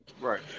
right